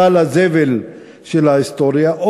סל הזבל של ההיסטוריה,